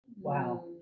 wow